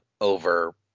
over